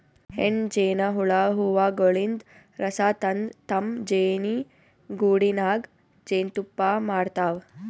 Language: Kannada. ಹೆಣ್ಣ್ ಜೇನಹುಳ ಹೂವಗೊಳಿನ್ದ್ ರಸ ತಂದ್ ತಮ್ಮ್ ಜೇನಿಗೂಡಿನಾಗ್ ಜೇನ್ತುಪ್ಪಾ ಮಾಡ್ತಾವ್